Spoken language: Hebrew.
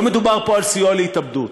לא מדובר פה על סיוע להתאבדות,